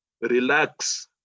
relax